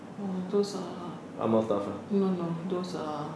oh those are no no no those are